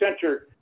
center